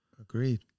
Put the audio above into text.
Agreed